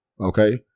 Okay